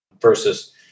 versus